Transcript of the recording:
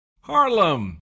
Harlem